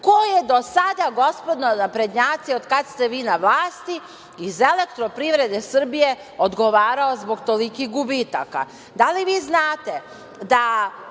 je do sada, gospodo naprednjaci, od kada ste vi na vlasti, iz Elektroprivrede Srbije odgovarao zbog tolikih gubitaka? Da li vi znate gde